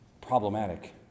problematic